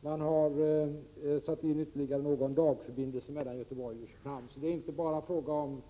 Man har satt in ytterligare någon dagförbindelse mellan Göteborg och Köpenhamn. Det är alltså inte bara fråga om